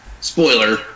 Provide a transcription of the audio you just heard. Spoiler